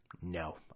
no